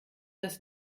das